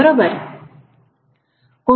बरोबर